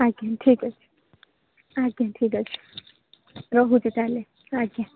ଆଜ୍ଞା ଠିକ୍ ଅଛି ଆଜ୍ଞା ଠିକ୍ ଅଛି ରହୁଛି ତା'ହେଲେ ଆଜ୍ଞା